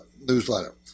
newsletter